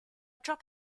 drop